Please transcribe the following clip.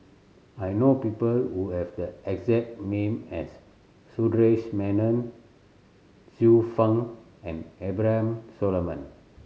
I know people who have the exact name as Sundaresh Menon Xiu Fang and Abraham Solomon